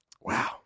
Wow